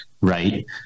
Right